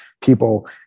people